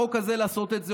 אפשר בחוק הזה לעשות את זה.